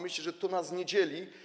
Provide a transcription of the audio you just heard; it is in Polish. Myślę, że to nas nie dzieli.